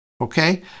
okay